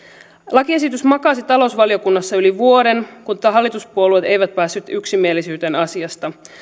lakiesitys makasi talousvaliokunnassa yli vuoden mutta hallituspuolueet eivät päässeet yksimielisyyteen asiasta